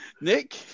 Nick